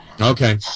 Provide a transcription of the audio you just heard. Okay